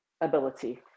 ability